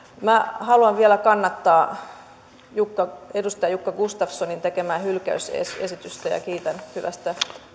minä haluan vielä kannattaa edustaja jukka gustafssonin tekemää hylkäysesitystä ja kiitän hyvästä